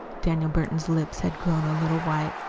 daniel burton's lips had grown a little white.